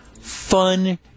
fun